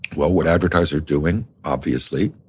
well, what advertisers are doing, obviously,